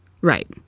Right